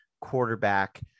quarterback